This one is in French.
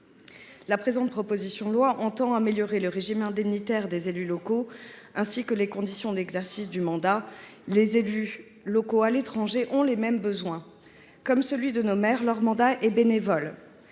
Cette proposition de loi a pour objet d’améliorer le régime indemnitaire des élus locaux ainsi que les conditions d’exercice du mandat. Les élus locaux des Français de l’étranger ont les mêmes besoins : comme celui de nos maires, leur mandat est bénévole